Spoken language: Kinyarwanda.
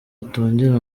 atongera